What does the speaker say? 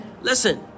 Listen